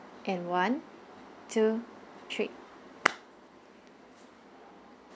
and one two three